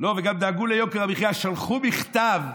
וגם דאגו ליוקר המחיה, שלחו מכתב,